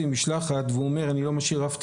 משלחת והוא אומר: אני לא משאיר אף תלמיד,